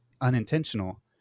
unintentional